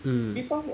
hmm